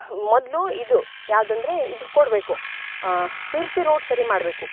ಮೊದಲು ಇದು ಯಾವ್ದು ಅಂದರೆ ಇದು ಕೊಡಬೇಕು ಶಿರ್ಸಿ ರೋಡ್ ಸರಿ ಮಾಡಬೇಕು